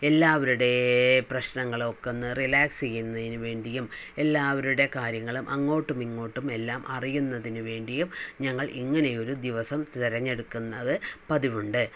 എല്ലാവരുടെ പ്രശ്നങ്ങളൊക്കെ ഒന്ന് റിലാക്സ് ചെയ്യുന്നതിന് വേണ്ടിയും എല്ലാവരുടെ കാര്യങ്ങൾ അങ്ങോട്ടും ഇങ്ങോട്ടും എല്ലാം അറിയുന്നതിന് വേണ്ടിയും ഞങ്ങൾ ഇങ്ങനെ ഒരു ദിവസം തിരഞ്ഞെടുക്കുന്നത് പതിവുണ്ട്